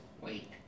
Wait